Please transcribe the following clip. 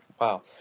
Wow